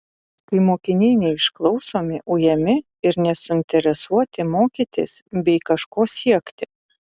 kai mokiniai neišklausomi ujami ir nesuinteresuoti mokytis bei kažko siekti